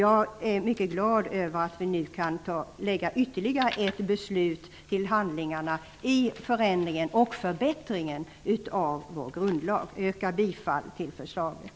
Jag är mycket glad över att vi nu kan lägga ytterligare ett beslut till handlingarna i förändringen och förbättringen av vår grundlag. Jag yrkar bifall till förslaget.